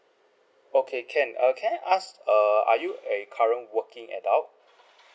okay can uh can I ask err are you a current working adult